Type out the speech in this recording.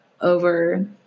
over